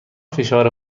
فشار